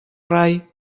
rai